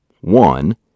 one